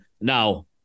now